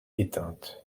éteinte